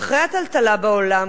אחרי הטלטלה בעולם,